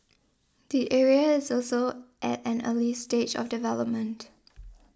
the area is also at an early stage of development